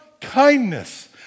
kindness